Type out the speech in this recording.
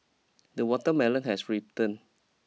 the watermelon has written